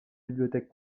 bibliothèques